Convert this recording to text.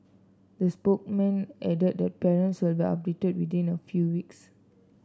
the spokesman added that parents will be updated within a few weeks